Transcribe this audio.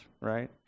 right